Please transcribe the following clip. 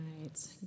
right